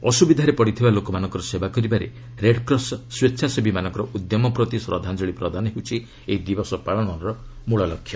ଅସୁବିଧାରେ ପଡ଼ିଥିବା ଲୋକମାନଙ୍କ ସେବା କରିବାରେ ରେଡ୍କ୍ରସ ସ୍ୱଚ୍ଛାସେବୀମାନଙ୍କର ଉଦ୍ୟମ ପ୍ରତି ଶ୍ରଦ୍ଧାଞ୍ଜଳୀ ପ୍ରଦାନ ହେଉଛି ଏହି ଦିବସ ପାଳନର ମୂଳ ଲକ୍ଷ୍ୟ